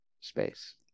space